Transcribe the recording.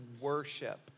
worship